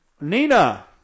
Nina